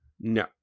No